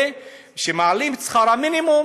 וכשמעלים את שכר המינימום,